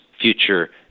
future